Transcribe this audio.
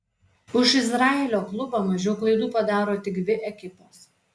už izraelio klubą mažiau klaidų padaro tik dvi ekipos